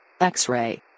X-Ray